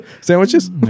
Sandwiches